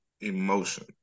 emotion